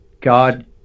God